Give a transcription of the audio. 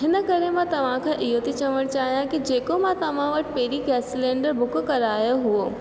हिन करे मां तव्हांखे इहो थी चवणु चाहियां की जेको मां तव्हां वटि पहिरीं गैस सिलेंडर बुक करायो हुओ